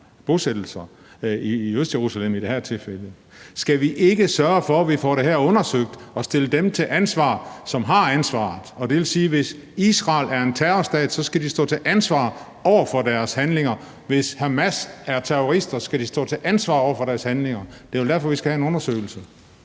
bosættelser i Østjerusalem i det her tilfælde. Skal vi ikke sørge for, at vi får det her undersøgt og stillet dem til ansvar, som har ansvaret? Det vil sige, at hvis Israel er en terrorstat, skal de stå til ansvar for deres handlinger. Hvis Hamas er terrorister, skal de stå til ansvar for deres handlinger. Det er vel derfor, vi skal have en undersøgelse.